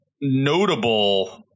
notable